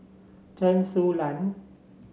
Chen Su Lan